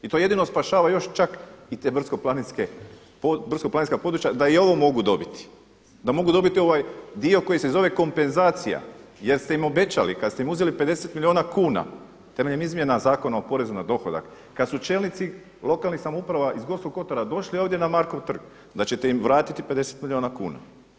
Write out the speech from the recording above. I to jedino spašava još čak i te brdsko-planinska područja da i ovo mogu dobiti, da mogu dobiti ovaj dio koji se zove kompenzacija jer ste im obećali kada ste im uzeli 50 milijuna kuna temeljem izmjena Zakona o porezu na dohodak, kada su čelnici lokalnih samouprava iz Gorskog kotara došli ovdje na Markov trg da ćete im vratiti 50 milijuna kuna.